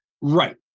right